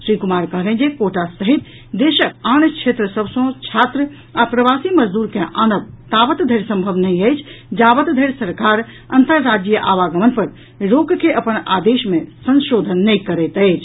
श्री कुमार कहलनि जे कोटा सहित देशक आन क्षेत्र सभ सँ छात्र आ प्रवासी मजदूर के आनब तावत धरि सम्भव नहि अछि जावत धरि सरकार अन्तर्राज्यीय आवागमन पर रोक के अपन आदेश मे संशोधन नहि करैत अछि